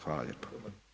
Hvala lijepa.